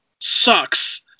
sucks